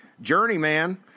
journeyman